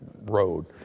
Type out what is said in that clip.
road